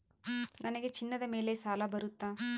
ನನಗೆ ಚಿನ್ನದ ಮೇಲೆ ಸಾಲ ಬರುತ್ತಾ?